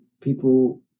people